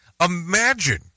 Imagine